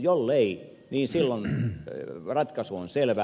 jollei niin silloin ratkaisu on selvä